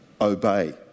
obey